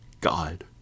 God